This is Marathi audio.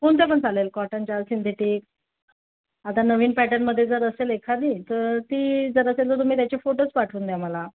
कोणत्या पण चालेल कॉटनच्या सिंथेटिक आता नवीन पॅटनमध्ये जर असेल एखादी तर ती जर असेल तर तुम्ही त्याचे फोटोज पाठवून द्या मला